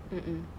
mm mm